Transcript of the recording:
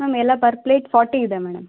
ma'am ಎಲ್ಲ per plate forty ಇದೆ madam